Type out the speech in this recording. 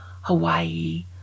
Hawaii